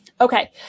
Okay